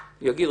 יגיד,